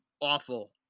awful